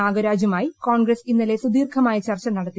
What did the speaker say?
നാഗരാജുമായി കോൺഗ്രസ്സ് ഇന്നലെ സുദീർഘമായ ചർച്ച നടത്തി